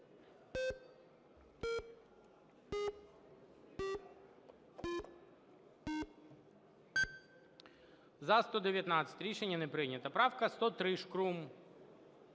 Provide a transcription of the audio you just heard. За-119 Рішення не прийнято. Правка 103, Шкрум.